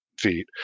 feet